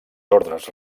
ordes